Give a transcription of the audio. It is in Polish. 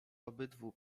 obydwu